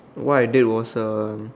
what I did was uh